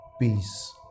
peace